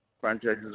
franchises